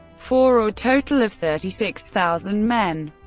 for a total of thirty six thousand men.